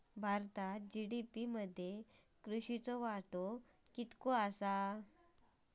भारतात जी.डी.पी मध्ये कृषीचो वाटो कितको आसा?